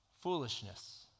foolishness